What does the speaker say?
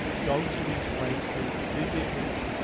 go to these places visit these